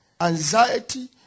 anxiety